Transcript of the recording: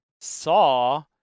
saw